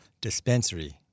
dispensary